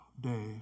day